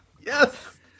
Yes